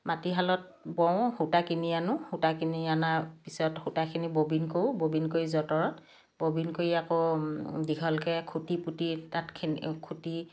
মাটিশালত বওঁ সূতা কিনি আনো সূতা কিনি অনাৰ পিছত সূতাখিনি ববিন কৰোঁ ববিন কৰি যঁতৰত ববিন কৰি আকৌ দীঘলকৈ খুঁটি পুতি তাত খে্ন খুঁটি